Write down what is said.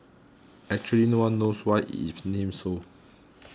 actually no one knows why it is named so